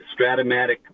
Stratomatic